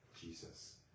Jesus